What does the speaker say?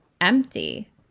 empty